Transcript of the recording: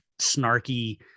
snarky